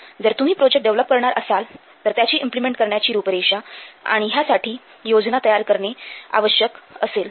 जर तुम्ही project develop करणार असाल तर त्याची इम्प्लिमेंट करण्याची रूपरेषा व ह्यासाठी योजना तयार करणे आपणास आवश्यक असेल